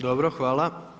Dobro, hvala.